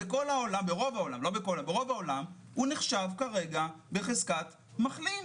ברוב העולם לא בכל העולם - הוא נחשב כרגע בחזקת מחלים.